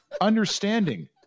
understanding